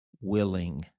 willing